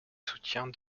soutiens